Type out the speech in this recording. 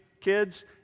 kids